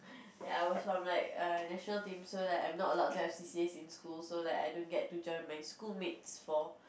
ya I was from like err national team so like I'm not allowed to have C_C_As in school so like I don't get to join my schoolmates for